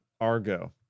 Argo